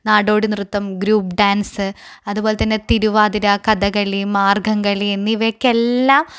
നാടോടിനൃത്തം group dance അതുപോലെതന്നെ തിരുവാതിര കഥകളി മാർഗംകളി എന്നിവയ്ക്കെല്ലാം